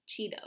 Cheetos